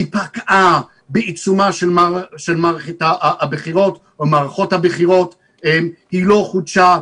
היא פקעה בעיצומן של מערכות הבחירות והיא לא חודשה,